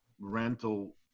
rental